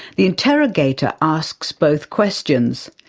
the interrogator asks both questions.